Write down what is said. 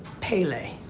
pay lay.